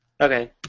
Okay